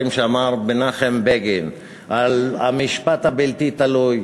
שאמר מנחם בגין על המשפט הבלתי-תלוי,